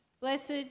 Blessed